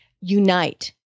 unite